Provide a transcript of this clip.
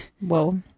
Whoa